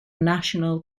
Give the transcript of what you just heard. national